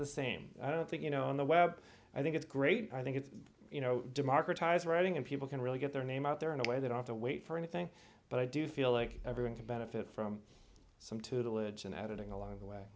the same i don't think you know on the web i think it's great i think it's you know democratized writing and people can really get their name out there in a way that ought to wait for anything but i do feel like everyone can benefit from some two diligent editing along the way